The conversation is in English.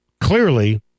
clearly